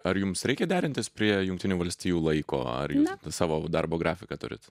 ar jums reikia derintis prie jungtinių valstijų laiko ar jūs savo darbo grafiką turit